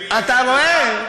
אתה רואה?